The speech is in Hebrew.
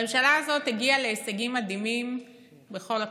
הממשלה הזאת הגיעה להישגים מדהימים בכל התחומים: